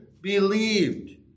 believed